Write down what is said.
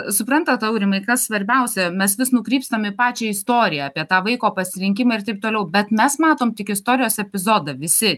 suprantat aurimai kas svarbiausia mes vis nukrypstam į pačią istoriją apie tą vaiko pasirinkimą ir taip toliau bet mes matom tik istorijos epizodą visi